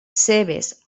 cebes